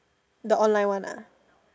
the online one lah